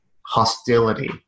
hostility